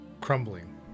crumbling